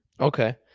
Okay